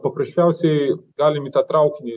paprasčiausiai galim į tą traukinį